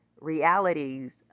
realities